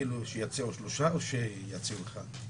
כאילו שיציעו שלושה או שיציעו אחד?